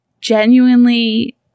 genuinely